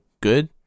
good